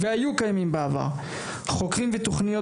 והיו קיימים בעבר; חוקרים ותכניות